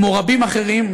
כמו רבים אחרים,